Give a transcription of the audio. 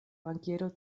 bankiero